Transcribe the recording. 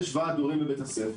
שעברה בתי ספר